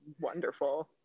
wonderful